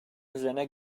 üzerine